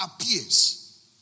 appears